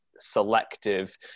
selective